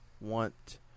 want